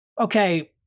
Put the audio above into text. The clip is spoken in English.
okay